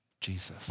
Jesus